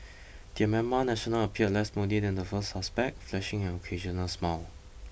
the Myanmar national appeared less moody than the first suspect flashing in an occasional smile